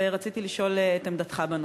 ורציתי לשאול על עמדתך בנושא.